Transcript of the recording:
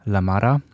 Lamara